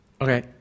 Okay